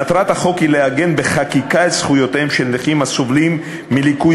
מטרת החוק היא לעגן בחקיקה את זכויותיהם של נכים הסובלים מליקוי